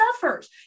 suffers